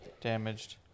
Damaged